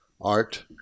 Art